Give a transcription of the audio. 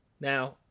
Now